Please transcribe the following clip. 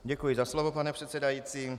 Děkuji za slovo, pane předsedající.